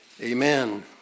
amen